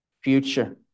future